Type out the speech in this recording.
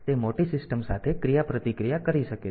તેથી તે મોટી સિસ્ટમ સાથે ક્રિયાપ્રતિક્રિયા કરી શકે છે